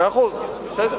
מאה אחוז, בסדר.